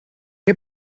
qué